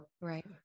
Right